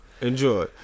Enjoy